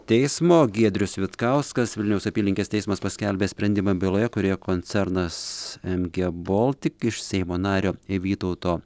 teismo giedrius vitkauskas vilniaus apylinkės teismas paskelbė sprendimą byloje kurioje koncernas mg baltic iš seimo nario vytauto